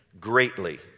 greatly